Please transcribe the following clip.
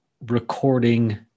recording